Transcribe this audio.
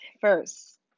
first